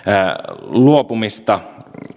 luopumista